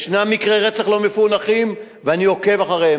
יש מקרי רצח לא מפוענחים, ואני עוקב אחריהם.